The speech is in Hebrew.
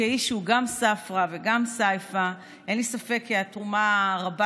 וכאיש שהוא גם ספרא וגם סייפא אין לי ספק כי התרומה הרבה